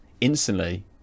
instantly